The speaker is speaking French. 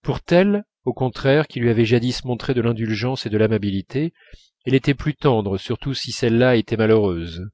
pour telle au contraire qui lui avait jadis montré de l'indulgence et de l'amabilité elle était plus tendre surtout si celle-là était malheureuse